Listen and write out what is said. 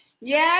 Yes